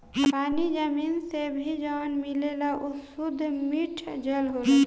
पानी जमीन से भी जवन मिलेला उ सुद्ध मिठ जल होला